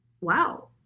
wow